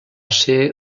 ser